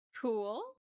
Cool